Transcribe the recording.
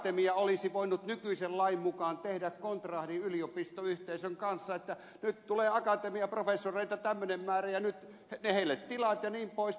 akatemia olisi voinut nykyisen lain mukaan tehdä kontrahdin yliopistoyhteisön kanssa että nyt tulee akatemiaprofessoreita tämmöinen määrä ja nyt heille tilat jnp